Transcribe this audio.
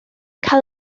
cael